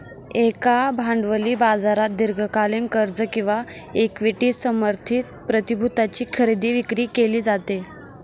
एका भांडवली बाजारात दीर्घकालीन कर्ज किंवा इक्विटी समर्थित प्रतिभूतींची खरेदी विक्री केली जाते